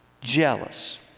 jealous